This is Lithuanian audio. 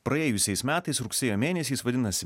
praėjusiais metais rugsėjo mėnesį jis vadinasi